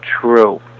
true